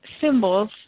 symbols